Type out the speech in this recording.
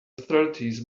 thirties